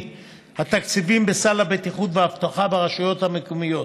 התקציבים בסל הבטיחות והאבטחה ברשויות המקומיות.